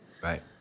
Right